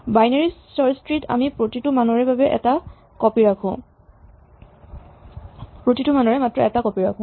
binary search tree ত আমি প্ৰতিটো মানৰে মাত্ৰ এটা কপি ৰাখো